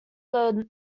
were